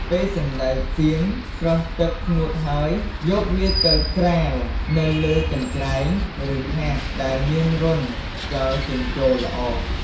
ពេលសណ្ដែកសៀងស្រស់ទឹកស្ងួតហើយ យកវាទៅក្រាលនៅលើកញ្ច្រែង ឬថាសដែលមានរន្ធខ្យល់ចេញចូលល្អ។